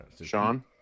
Sean